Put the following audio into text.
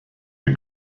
the